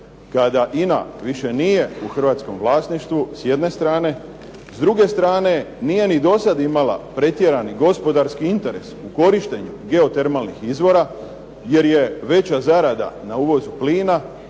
kada INA više nije u hrvatskom vlasništvu s jedne strane, s druge strane nije ni do sad imala pretjerani gospodarski interes u korištenju geotermalnih izvora jer je veća zarada na uvozu plina